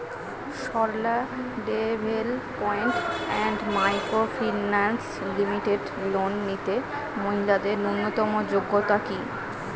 Sarala development and microfinance limited loan নিতে মহিলাদের ন্যূনতম যোগ্যতা কী?